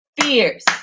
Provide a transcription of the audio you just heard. fierce